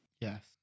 Yes